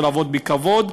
ולעבוד בכבוד,